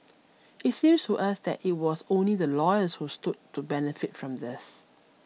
it seems to us that it was only the lawyers who stood to benefit from this